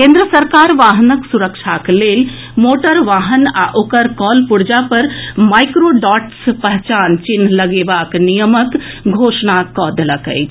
केन्द सरकार वाहनक सुरक्षाक लेल मोटर वाहन आ ओकर कलपुर्जा पर माइक्रोडॉट्स पहचान चिन्ह लगेबाक नियमक घोषणा कऽ देलक अछि